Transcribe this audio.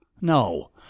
No